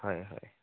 হয় হয়